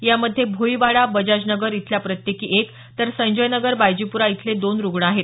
यामध्ये भोईवाडा बजाजनगर इथल्या प्रत्येकी एक तर संजय नगर बायजीप्रा इथले दोन रुग्ण आहेत